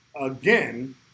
again